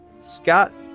Scott